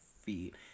feet